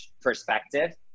perspective